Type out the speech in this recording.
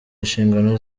inshingano